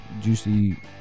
juicy